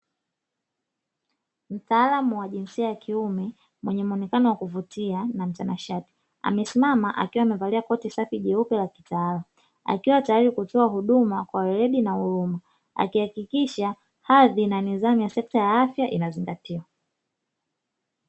Mtaalamu wa jinsia ya kiume mwenye muonekano wa kuvutia na mtanashati, amesimama akiwa amevalia koti safi jeupe la kitaalamu akiwa taayri kutoa huduma kwa weledi na huruma, akihakikisha hadhi na nidhamu ya sekta ya afya inazingatiwa.